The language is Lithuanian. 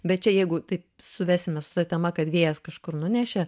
bet čia jeigu taip suvesime su ta tema kad vėjas kažkur nunešė